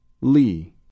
Lee